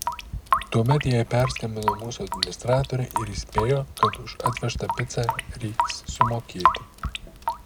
tuomet jai perskambino mūsų administratorė ir įspėjo kad už atvežtą picą reiks sumokėti